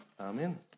Amen